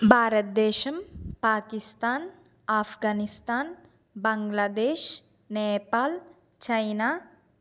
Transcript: Bharatadesam Pakistan Afghanistan Bangladesh Nepal China